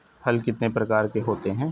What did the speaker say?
हल कितने प्रकार के होते हैं?